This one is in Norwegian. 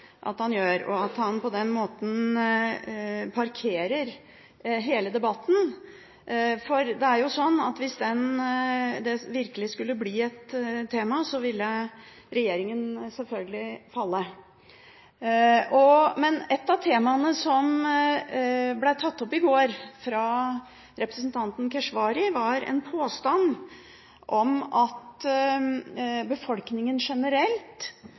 at han gjør, og at han på den måten parkerer hele debatten, for hvis dette virkelig skulle bli et tema, ville regjeringen selvfølgelig falle. Men et tema som ble tatt opp i går av representanten Keshvari, var en påstand om at befolkningen generelt